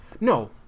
No